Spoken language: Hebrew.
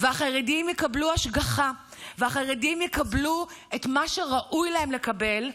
והחרדים יקבלו השגחה והחרדים יקבלו את מה שראוי להם לקבל,